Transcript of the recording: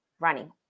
Running